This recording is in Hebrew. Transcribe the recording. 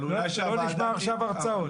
לא נשמע עכשיו הרצאות.